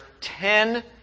ten